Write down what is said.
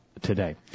today